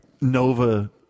Nova